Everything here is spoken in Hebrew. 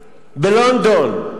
בלונדון,